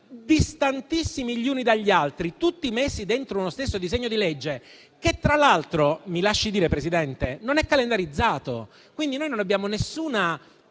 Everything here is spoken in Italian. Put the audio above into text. distantissimi gli uni dagli altri, tutti inseriti all'interno di uno stesso disegno di legge, che, tra l'altro, signora Presidente, non è calendarizzato, quindi noi non abbiamo alcuna